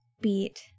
beat